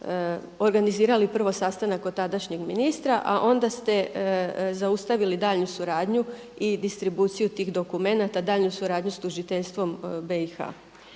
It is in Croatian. organizirali prvi sastanak kod tadašnjeg ministra, a onda ste zaustavili daljnju suradnju i distribuciju tih dokumenata, daljnju suradnju sa tužiteljstvom BiH.